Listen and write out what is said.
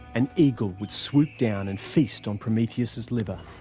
an eagle would swoop down and feast on prometheus's liver.